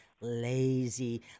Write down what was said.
lazy